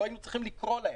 לא היינו צריכים לקרוא להם.